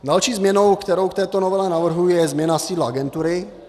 Další změnou, kterou k této novele navrhuji, je změna sídla agentury.